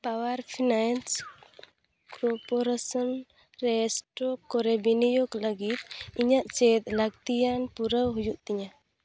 power finance corporation ᱨᱮ stock ᱠᱚᱨᱮ ᱵᱤᱱᱤᱭᱳᱜᱽ ᱞᱟᱹᱜᱤᱫ ᱤᱧᱟᱹᱜ ᱪᱮᱫ ᱞᱟᱹᱠᱛᱤᱭᱟᱱ ᱯᱩᱨᱟᱹᱣ ᱦᱩᱭᱩᱜ ᱛᱤᱧᱟᱹ